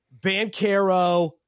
Bancaro